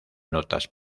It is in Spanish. notas